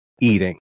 eating